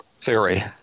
theory